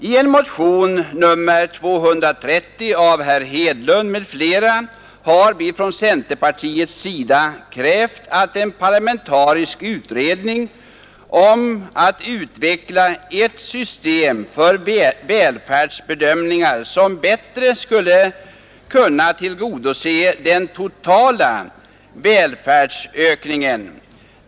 I motionen 230 av herr Hedlund m.fl. har vi från centerpartiets sida krävt en parlamentarisk utredning om att utveckla ett system för välfärdsbedömningar, som bättre skulle kunna tillgodose den totala välfärdsökningen.